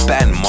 Ben